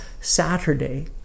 Saturday